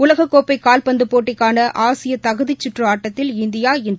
உலகக்கோப்பை கால்பந்து போட்டிக்கான ஆசிய தகுதிக்கற்று ஆட்டத்தில் இந்தியா இன்று